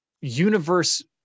universe